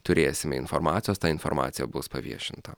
turėsime informacijos ta informacija bus paviešinta